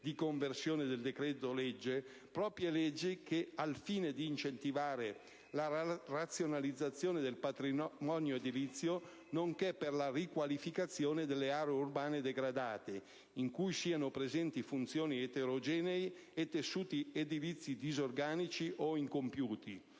di conversione del decreto-legge, proprie leggi al fine di incentivare la razionalizzazione del patrimonio edilizio, nonché per la riqualificazione delle aree urbane degradate in cui siano presenti funzioni eterogenee e tessuti edilizi disorganici o incompiuti,